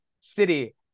City